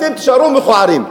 אתם תישארו מכוערים.